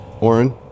Oren